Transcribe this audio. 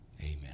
Amen